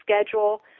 schedule